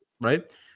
right